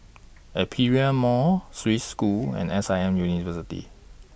Aperia Mall Swiss School and S I M University